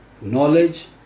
knowledge